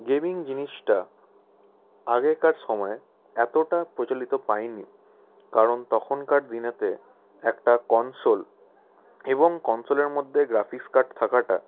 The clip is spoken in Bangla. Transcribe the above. গেমিং জিনিসটা আগেকার সময়ে এতটা প্রচলন পায়নি কারণ তখনকার দিনে একটা কনসোল এবং কনসোলের মধ্যে গ্রাফিক্স কাট থাকাটা